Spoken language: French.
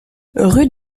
rue